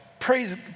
praise